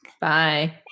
Bye